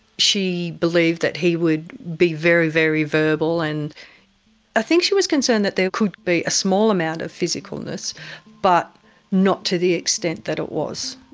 she believed that he would be very, very verbal, and i ah think she was concerned that there could be a small amount of physical-ness but not to the extent that it was.